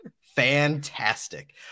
Fantastic